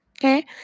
okay